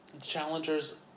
challengers